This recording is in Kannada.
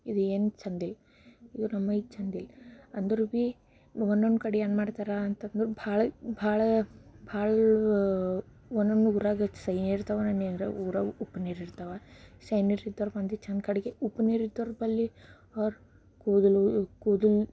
ಇದು ಏನು ಚೆಂದಿಲ್ಲ ಇವರ ನಮಯ್ಕ್ ಚೆಂದಿಲ್ಲ ಅಂದ್ರೂ ಭೀ ಒಂದೊಂದು ಕಡೆ ಏನ್ಮಾಡ್ತಾರೆ ಅಂತಂದ್ರೆ ಭಾಳ ಭಾಳ ಭಾಳ ಒನ್ ಒನ್ ಊರಾಗ ಸಹಿ ನೀರು ಇರ್ತವೆ ಒನ್ ಒನ್ ನೀರಾಗಿ ಊರಾಗೆ ಉಪ್ಪು ನೀರು ಇರ್ತವೆ ಸಹಿ ನೀರು ಇದ್ದವ್ರು ಮಂದಿ ಚೆಂದ ಕಡೆಗೆ ಉಪ್ಪು ನೀರು ಇದ್ದವ್ರ ಬಳಿ ಅವ್ರು ಕೂದಲು ಕೂದಲು